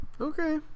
Okay